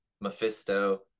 Mephisto